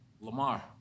Lamar